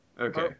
okay